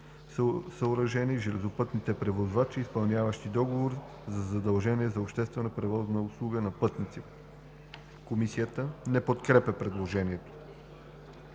съоръжения и железопътните превозвачи, изпълняващи договор за задължение за обществена превозна услуга на пътници.“ Комисията не подкрепя предложението.